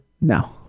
No